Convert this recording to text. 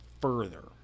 further